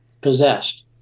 possessed